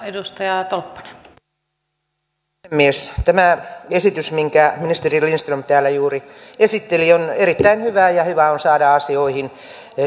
arvoisa puhemies tämä esitys minkä ministeri lindström täällä juuri esitteli on erittäin hyvä ja hyvä on saada asioihin